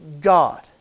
God